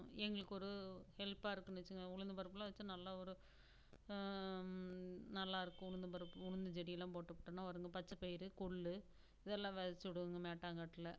எங்களுக்கு ஒரு ஹெல்பாக இருக்குன்னு வச்சுக்கோங்களேன் உளுந்து பருப்பெலாம் வைச்சா நல்லா வரும் நல்லா இருக்கும் உளுந்து பருப்பு உளுந்து செடியெலாம் போட்டு விட்டோம்னா வருங்க பச்சை பயிறு கொள்ளு இதெல்லாம் விதைச்சி விடுவோங்க மேட்டாங்காட்டில்